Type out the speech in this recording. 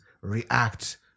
react